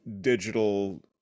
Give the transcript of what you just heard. digital